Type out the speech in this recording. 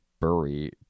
bury